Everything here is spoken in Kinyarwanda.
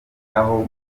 aho